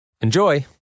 Enjoy